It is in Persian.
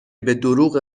بهدروغ